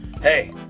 Hey